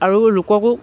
আৰু লোককো